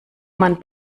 man